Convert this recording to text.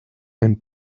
ein